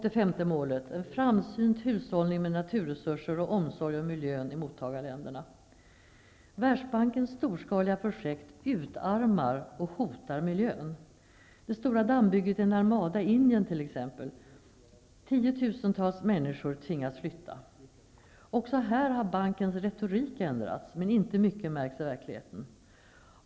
Det femte målet gäller en framsynt hushållning med naturresurser och omsorg om miljön i mottagarländerna. Världsbankens storskaliga projekt utarmar och hotar miljön. Det gäller t.ex. det stora dammbygget i Narmada i Indien där tiotusentals människor tvingas flytta. Bankens retorik har ändrats även här, men det är inte mycket som märks i verkligheten.